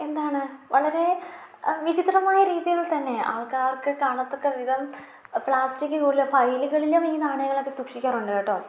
എന്താണ് വളരേ വിചിത്രമായ രീതിയിൽ തന്നെ ആൾക്കാർക്ക് കാണത്തക്ക വിധം പ്ലാസ്റ്റിക് കൂടിൽ ഫയലുകളിലും ഈ നാണയങ്ങളൊക്കെ സൂക്ഷിക്കാറുണ്ട് കേട്ടോ